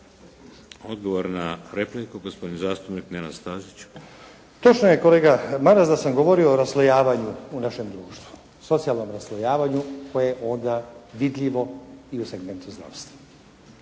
Odgovor na repliku. Gospodin zastupnik Nenad Stazić. **Stazić, Nenad (SDP)** Točno je kolega Maras da sam govorio o raslojavanju u našem društvu, socijalnom raslojavanju koje je onda vidljivo i u segmentu zdravstva.